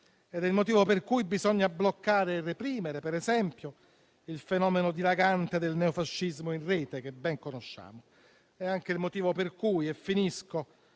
È il motivo per cui bisogna bloccare e reprimere, per esempio, il fenomeno dilagante del neofascismo in rete che ben conosciamo. È anche il motivo per cui dobbiamo